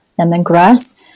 lemongrass